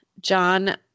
John